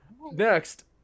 next